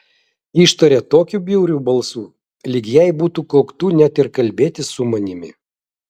ištarė tokiu bjauriu balsu lyg jai būtų koktu net ir kalbėtis su manimi